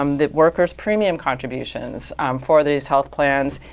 um the workers premium contributions for these health plans,